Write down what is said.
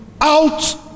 out